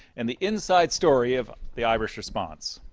and the inside story of the irish response.